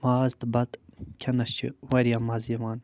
ماز تہٕ بَتہٕ کھٮ۪نَس چھِ واریاہ مَزٕ یِوان